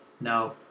Now